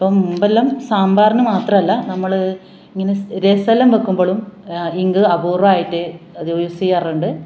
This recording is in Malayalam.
അപ്പം മുമ്പെല്ലാം സാമ്പാറിന് മാത്രമല്ല നമ്മൾ ഇങ്ങനെ രസം എല്ലാം വയ്ക്കുമ്പോളും ഇങ്ക് അപൂര്വമായിട്ട് അത് യൂസ് ചെയ്യാറുണ്ട്